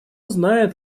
знает